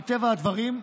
מטבע הדברים,